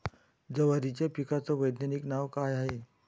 जवारीच्या पिकाचं वैधानिक नाव का हाये?